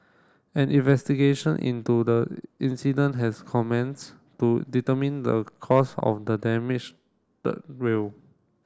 an investigation into the incident has commenced to determine the cause of the damaged third rail